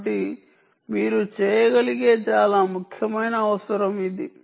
కాబట్టి మీరు చేయగలిగే చాలా ముఖ్యమైన అవసరం ఇది